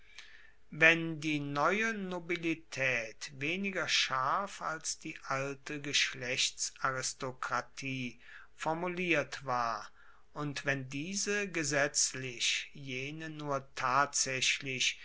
wenn die neue nobilitaet weniger scharf als die alte geschlechtsaristokratie formuliert war und wenn diese gesetzlich jene nur tatsaechlich